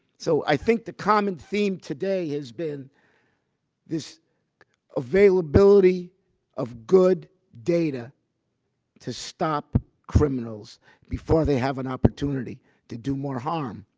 so i think the common theme today has been this availability of good data to stop criminals before they have an opportunity to do more harm.